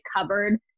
covered